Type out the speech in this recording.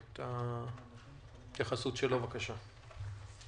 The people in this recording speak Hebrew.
ההתייחסות שלו, בבקשה.